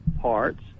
parts